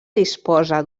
disposa